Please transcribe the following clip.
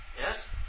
Yes